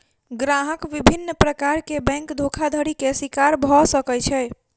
ग्राहक विभिन्न प्रकार के बैंक धोखाधड़ी के शिकार भअ सकै छै